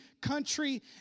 country